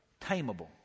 tameable